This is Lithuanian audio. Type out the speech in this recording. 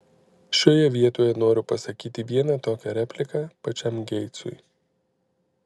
šioje vietoje noriu pasakyti vieną tokią repliką pačiam geitsui